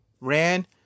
ran